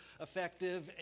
effective